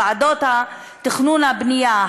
ועדות התכנון והבנייה,